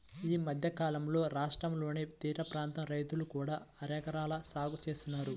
ఈ మధ్యకాలంలో రాష్ట్రంలోని తీరప్రాంత రైతులు కూడా అరెకల సాగు చేస్తున్నారు